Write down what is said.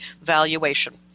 valuation